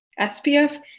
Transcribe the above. SPF